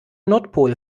nordpol